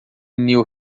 new